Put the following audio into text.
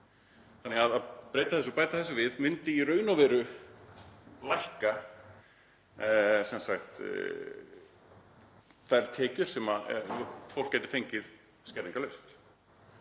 það að breyta þessu og bæta þessu við myndi í raun og veru lækka þær tekjur sem fólk getur fengið skerðingarlaust,